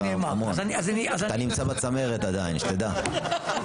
אתה נמצא בצמרת עדיין שתדע.